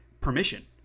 permission